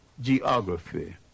geography